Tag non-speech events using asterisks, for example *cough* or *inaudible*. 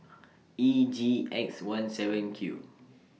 *noise* E G X one seven Q